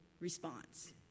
response